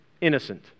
Innocent